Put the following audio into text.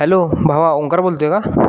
hello भावा ओंकार बोलतो आहे का